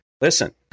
listen